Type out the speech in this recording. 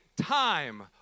time